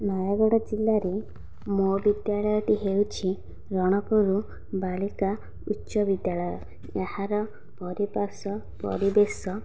ନୟାଗଡ଼ ଜିଲ୍ଲା ରେ ମୋ' ବିଦ୍ୟାଳୟ ଟି ହେଉଛି ରଣପୁର ବାଳିକା ଉଚ୍ଚ ବିଦ୍ୟାଳୟ ଏହାର ପାରିପାର୍ଶ୍ଵିକ ପରିବେଶ